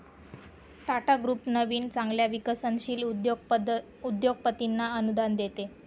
Tata group नवीन चांगल्या विकसनशील उद्योगपतींना अनुदान देते